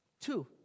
Two